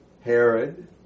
Herod